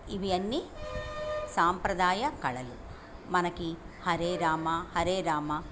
ఇవి అన్ని సాంప్రదాయ కళలు మనకి హరే రామ హరే రామ